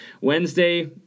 Wednesday